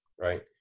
right